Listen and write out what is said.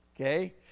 Okay